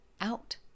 out